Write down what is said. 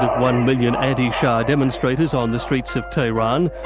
one-million anti-shah demonstrators on the streets of teheran,